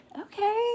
okay